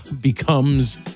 becomes